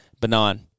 benign